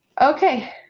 Okay